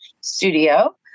studio